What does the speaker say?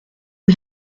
who